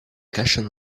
cushion